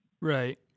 Right